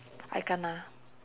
I kena